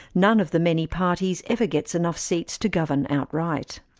none of the many parties ever gets enough seats to govern outright.